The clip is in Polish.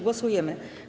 Głosujemy.